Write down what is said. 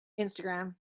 Instagram